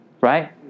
Right